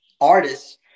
artists